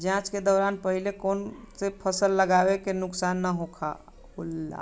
जाँच के दौरान पहिले कौन से फसल लगावे से नुकसान न होला?